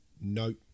Nope